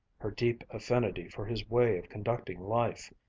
her deep affinity for his way of conducting life.